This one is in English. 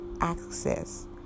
access